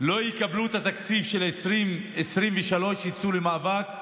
לא יקבלו את התקציב של 2023, יצאו למאבק.